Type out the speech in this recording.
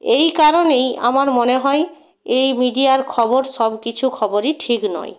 এই কারণেই আমার মনে হয় এই মিডিয়ার খবর সব কিছু খবরই ঠিক নয়